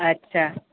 अच्छा